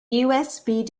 usb